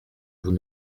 vous